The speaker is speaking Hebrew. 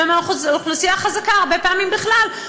ומהאוכלוסייה החזקה הרבה פעמים בכלל.